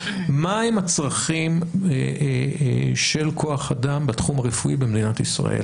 מה הם הצרכים של כוח אדם בתחום הרפואי במדינת ישראל,